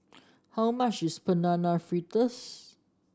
how much is Banana Fritters